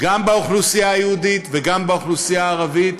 גם באוכלוסייה היהודית וגם באוכלוסייה הערבית,